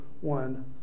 one